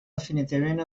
definitivament